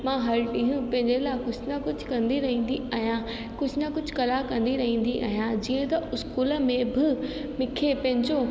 मां हर ॾींहुं पंहिंजे लाइ कुझु न कुझु कंदी रहंदी आहियां कुझु न कुझु कला कंदी रहंदी आहियां जीअं त इस्कूल में बि मूंखे पंहिंजो